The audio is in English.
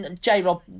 J-Rob